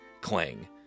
Clang